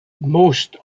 most